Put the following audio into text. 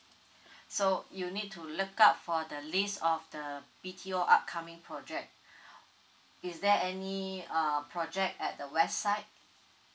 so you need to look out for the list of the B_T_O upcoming project is there any uh project at the website